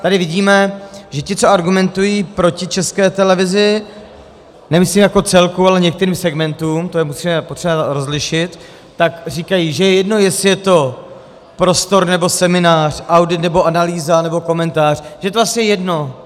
Tady vidíme, že ti, co argumentují proti České televizi, nemyslím jako celku, ale některým segmentům, to je potřeba rozlišit, tak říkají, že je jedno, jestli je to prostor, nebo seminář, audit, nebo analýza, nebo komentář, že to je vlastně jedno.